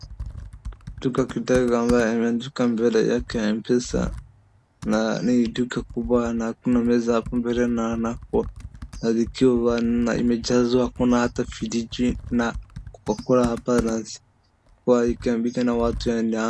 Duka kutega, ambaye imewekwa mbele yake ya M-PESA. Na ni duka kubwa na kuna meza hapo mbele na anapo, naikiwa na imejazwa. Kuna hata fridge na Coca-Cola balance , kwa hii kopyuta na watu wana.